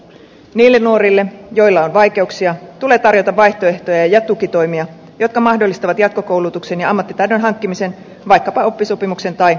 niille nuorille joilla on vaikeuksia tulee tarjota vaihtoehtoja ja tukitoimia jotka mahdollistavat jatkokoulutuksen ja ammattitaidon hankkimisen vaikkapa oppisopimuksen tai ammattistartin kautta